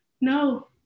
No